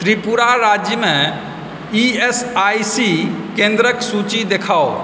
त्रिपुरा राज्यमे E S I C केंद्रक सूची देखाउ